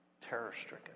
terror-stricken